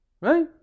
Right